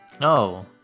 No